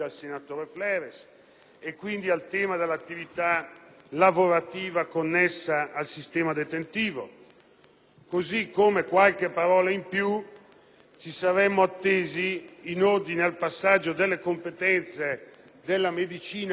e quindi al tema dell'attività lavorativa connessa al sistema detentivo; così come qualche parola in più ci saremmo attesi in ordine al passaggio delle competenze sulla medicina penitenziaria